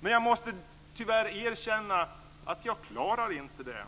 Men jag måste tyvärr erkänna att jag inte klarar det.